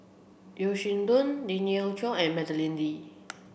Yeo Shih Yun Lien Ying Chow and Madeleine Lee